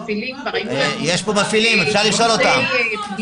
יש פה מפעילים, אפשר לשאול אותם.